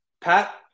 pat